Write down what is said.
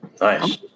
Nice